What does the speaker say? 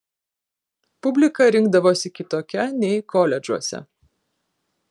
publika rinkdavosi kitokia nei koledžuose